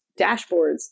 dashboards